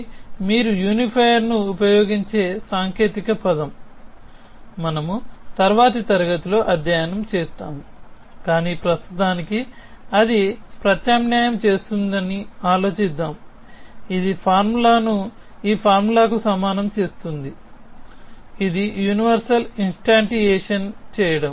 కాబట్టి మీరు యునిఫైయర్ను ఉపయోగించే సాంకేతిక పదం మనము తరువాతి తరగతిలో అధ్యయనం చేస్తాము కాని ప్రస్తుతానికి అది ప్రత్యామ్నాయం చేస్తుందని ఆలోచిద్దాం ఇది ఈ ఫార్ములాను ఈ ఫార్ములాకు సమానంగా చేస్తుంది ఇది యూనివర్సల్ ఇన్స్టాంటియేషన్ చేయడం